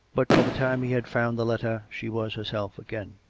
but by the time he had found the letter she was herself again.